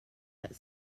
that